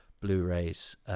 Blu-rays